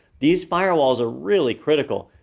these firewalls are really critical.